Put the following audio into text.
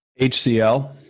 HCL